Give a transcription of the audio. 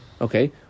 Okay